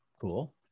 Cool